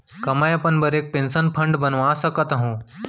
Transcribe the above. का मैं अपन बर एक पेंशन फण्ड बनवा सकत हो?